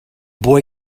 boy